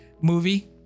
movie